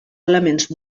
elements